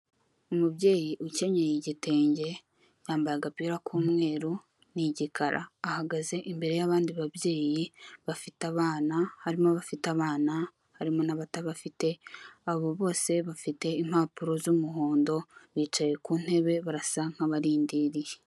Umubyeyi ukenyeye igitenge yambaye agapira k'umweru ni igikara ahagaze imbere y'abandi babyeyi bafite abana harimo abafite abana harimo n'abatafite abo bose bafite impapuro z'umuhondo bicaye ku ntebe barasa nkabarindiriye .